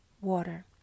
water